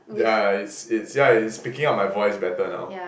yeah it's it's yeah it's picking up my voice better now